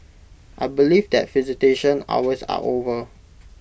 I believe that visitation hours are over